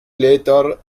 later